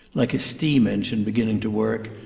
like a steam-engine beginning to work,